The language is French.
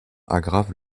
aggrave